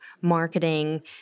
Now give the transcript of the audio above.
marketing